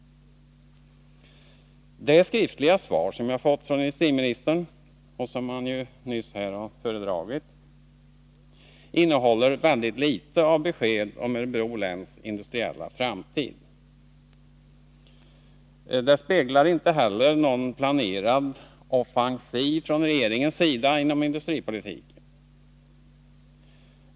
Det skriftliga svar som jag fått av industriministern och som han nyss har föredragit innehåller väldigt litet av besked om Örebro läns industriella framtid. Det speglar inte heller någon planerad offensiv från regeringens sida inom industripolitiken.